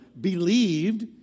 believed